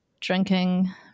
Drinking